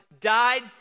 died